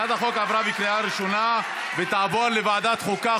הצעת החוק עברה בקריאה ראשונה ותעבור לוועדת חוקה,